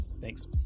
thanks